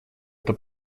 это